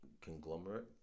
conglomerate